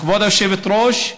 כבוד היושבת-ראש,